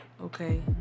okay